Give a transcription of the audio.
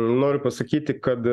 noriu pasakyti kad